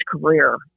career